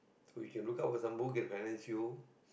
if you look out for some book can finance you